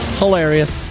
hilarious